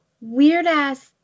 weird-ass